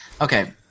Okay